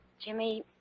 Jimmy